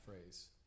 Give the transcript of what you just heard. phrase